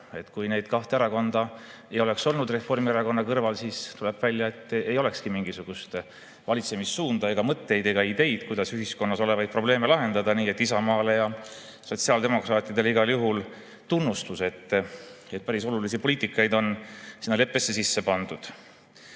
Kui neid kahte erakonda ei oleks olnud Reformierakonna kõrval, siis tuleb välja, et ei olekski mingisugust valitsemissuunda ega mõtteid ega ideid, kuidas ühiskonnas olevaid probleeme lahendada. Nii et Isamaale ja sotsiaaldemokraatidele igal juhul tunnustus, et päris olulisi poliitikaid on sinna leppesse sisse pandud.